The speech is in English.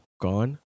Gone